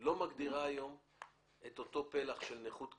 לא מגדירה היום את אותו פלח של נכות קשה.